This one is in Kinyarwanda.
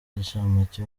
inshamake